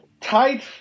tight